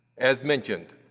as mentioned,